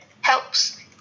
helps